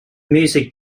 music